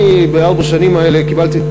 אני בארבע השנים האלה קיבלתי,